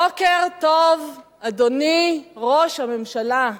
בוקר טוב, אדוני ראש הממשלה.